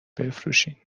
بفروشین